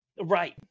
right